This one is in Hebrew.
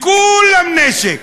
לכו-לם נשק.